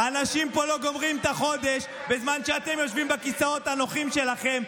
אנשים פה לא גומרים את החודש בזמן שאתם יושבים בכיסאות הנוחים שלכם,